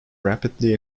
rapidly